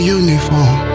uniform